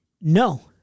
No